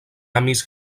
amis